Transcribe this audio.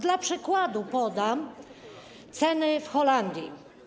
Dla przykładu podam ceny w Holandii.